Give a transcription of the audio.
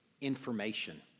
information